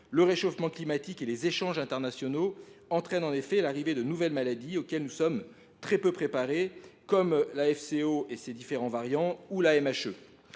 Le réchauffement climatique et les échanges internationaux entraînent l’arrivée de nouvelles maladies auxquelles nous sommes très peu préparés, comme la FCO et ses différents variants ou la